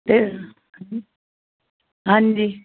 ਅਤੇ ਹਾਂਜੀ